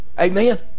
Amen